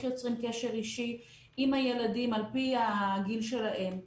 יוצרים קשר אישי עם הילדים על פי הגיל שלהם.